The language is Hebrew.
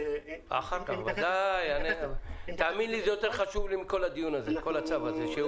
זה יותר חשוב לי מכל הדיון הזה ומהצו הזה.